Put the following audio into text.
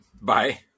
bye